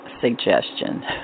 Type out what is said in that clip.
suggestion